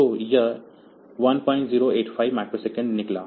तो यह 1085 माइक्रोसेकंड निकला